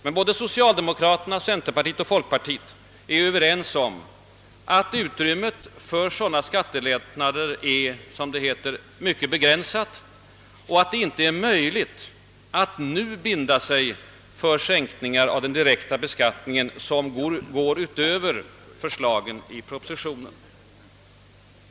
Men såväl socialdemokrater som centerpartister och folkpartister är överens om att utrymmet för sådana skattelättnader är mycket begränsat — som det heter — och att man inte nu kan binda sig för sänkningar av den direkta be skattningen som går utöver förslagen i propositionen.